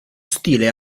stile